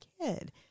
kid